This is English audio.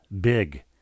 big